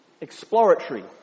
exploratory